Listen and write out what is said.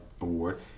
Award